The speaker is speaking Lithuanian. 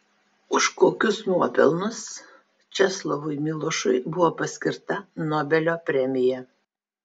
už kokius nuopelnus česlovui milošui buvo paskirta nobelio premija